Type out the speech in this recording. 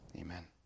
amen